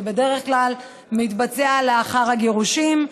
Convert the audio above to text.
זה בדרך כלל מתבצע לאחר הגירושין.